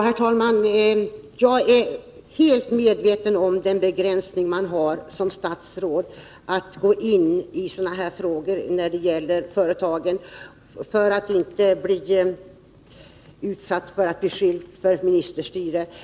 Herr talman! Jag är helt medveten om de begränsningar som finns för statsråd att, när det gäller sådana här frågor, gå in i företagen, då man kan bli utsatt för beskyllningar om ministerstyre.